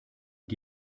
gpu